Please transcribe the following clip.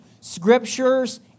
scriptures